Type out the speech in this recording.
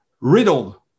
riddled